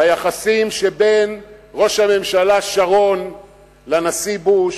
ביחסים שבין ראש הממשלה שרון לנשיא בוש